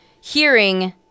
hearing